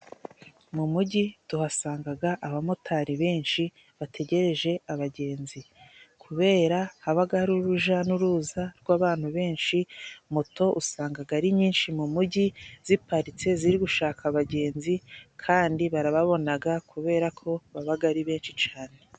Mu mujyi tuhasangaga abamotari benshi bategereje abagenzi, kubera habaga ari uruja n'uruza rw'abantu benshi moto usangaga ari nyinshi mu mujyi ziparitse ziri gushaka abagenzi, kandi barababonaga kuberako babaga ari benshi cane.